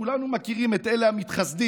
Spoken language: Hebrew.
כולנו מכירים את אלה המתחסדים,